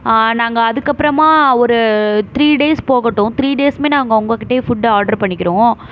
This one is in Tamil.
நாங்கள் அதுக்கப்புறமா ஒரு த்ரீ டேஸ் போகட்டும் த்ரீ டேஸுமே நாங்கள் உங்கக்கிட்டே ஃபுட்டு ஆர்ட்ரு பண்ணிக்கிறோம்